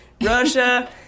Russia